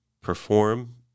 perform